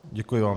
Děkuji vám.